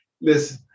Listen